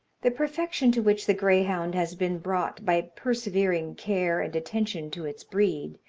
the perfection to which the greyhound has been brought by persevering care and attention to its breed,